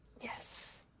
Yes